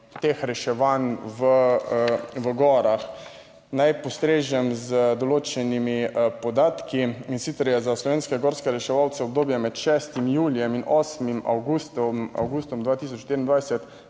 teh reševanj v gorah. Naj postrežem z določenimi podatki in sicer, je za slovenske gorske reševalce obdobje med šestim julijem in osmim avgustom 2024,